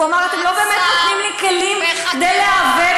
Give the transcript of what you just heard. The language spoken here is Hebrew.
הוא אמר: אתם לא באמת נותנים לי כלים כדי להיאבק,